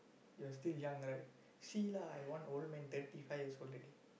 you're still young right see lah I one old man thirty five years old already